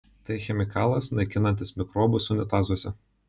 tai chemikalas naikinantis mikrobus unitazuose